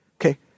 Okay